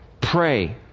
pray